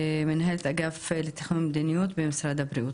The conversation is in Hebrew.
מנהלת אגף תכנון מדיניות במשרד הפנים,